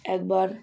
একবার